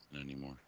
anymore